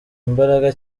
imbaraga